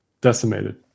Decimated